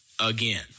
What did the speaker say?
again